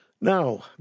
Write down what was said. Now